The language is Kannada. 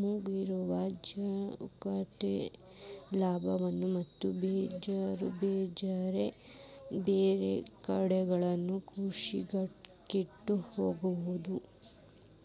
ಮೃದ್ವಂಗಿಗಳು ಜೇಡಗಳು ಲಾರ್ವಾ ಮತ್ತ ಬೇರ್ಬೇರೆ ಕೇಟಗಳು ಕೃಷಿಕೇಟ ಆಗ್ಯವು